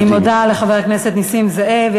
אני מודה לחבר הכנסת נסים זאב.